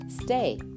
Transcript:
stay